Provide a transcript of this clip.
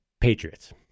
Patriots